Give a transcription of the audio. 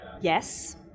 Yes